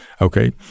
okay